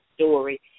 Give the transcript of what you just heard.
story